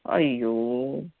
अ्यो